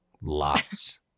lots